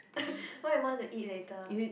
what you want to eat later